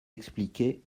expliquer